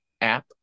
App